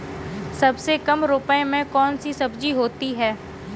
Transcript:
सबसे कम रुपये में कौन सी सब्जी होती है?